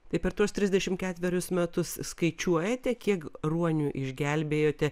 tai per tuos trisdešimt ketverius metus skaičiuojate kiek ruonių išgelbėjote